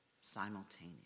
simultaneously